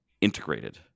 integrated